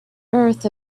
earth